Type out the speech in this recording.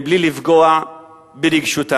מבלי לפגוע ברגשותיו.